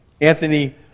Anthony